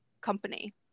company